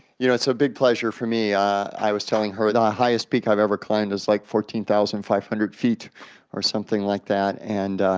you know, it's a big pleasure for me. i was telling her the highest peak i've ever climbed is like fourteen thousand five hundred feet or something like that, and